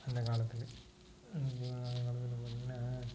அந்தக் காலத்தில்